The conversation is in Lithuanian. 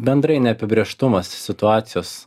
bendrai neapibrėžtumas situacijos